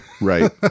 Right